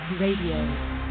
Radio